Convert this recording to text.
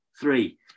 Three